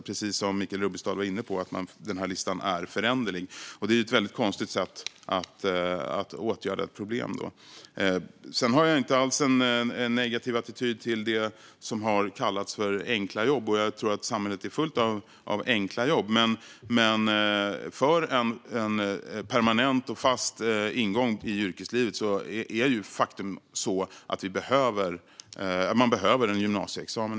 Precis som Michael Rubbestad var inne på är listan ju föränderlig. Det är alltså ett konstigt sätt att åtgärda ett problem. Jag har ingen negativ attityd till så kallade enkla jobb. Jag tror att samhället är fullt av enkla jobb, men för en permanent ingång i yrkeslivet krävs i dag gymnasieexamen.